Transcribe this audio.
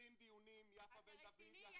20 דיונים יפה בן דוד --- אתה רציני?